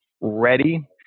ready